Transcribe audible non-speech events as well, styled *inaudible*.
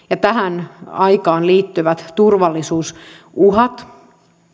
*unintelligible* ja tähän aikaan liittyvät turvallisuusuhat